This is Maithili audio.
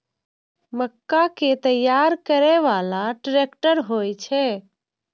मक्का कै तैयार करै बाला ट्रेक्टर होय छै?